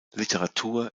literatur